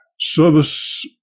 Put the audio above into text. service